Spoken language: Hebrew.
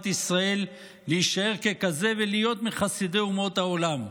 ישראל להישאר כזה ולהיות מחסידי אומות העולם.